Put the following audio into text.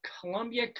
columbia